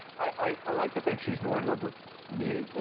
i like to think she's more in love with me and